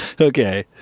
Okay